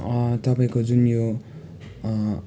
तपाईँको जुन यो